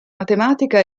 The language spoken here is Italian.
matematica